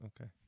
okay